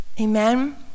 Amen